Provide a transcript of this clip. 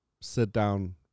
sit-down